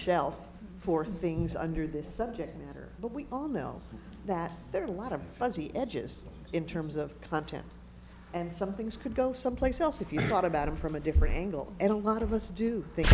shelf for things under this subject matter but we all know that there are lot of fuzzy edges in terms of content and some things could go someplace else if you thought about it from a different angle and a lot of us do thin